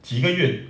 几个月